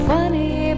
Funny